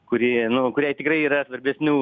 kuri nu kuriai tikrai yra svarbesnių